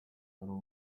ubu